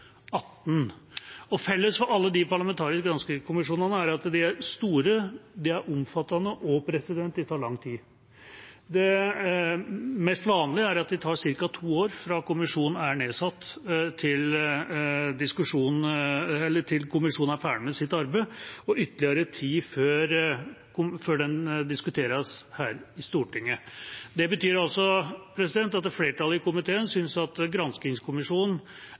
Felles for alle de parlamentariske granskingskommisjonene er at de er store, de er omfattende, og de tar lang tid. Det mest vanlige er at det tar ca. to år fra kommisjonen er nedsatt, til kommisjonen er ferdig med sitt arbeid, og ytterligere tid før den diskuteres her i Stortinget. Det betyr at flertallet i komiteen synes at